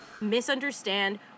misunderstand